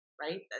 right